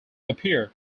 appeared